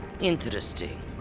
interesting